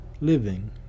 living